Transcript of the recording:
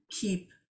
keep